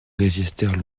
résistèrent